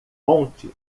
monte